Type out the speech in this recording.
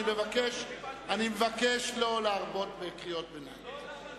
אני מבקש לא להרבות בקריאות ביניים.